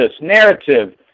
narrative